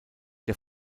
der